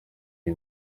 iyi